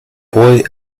boy